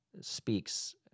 speaks